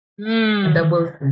Double